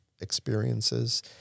experiences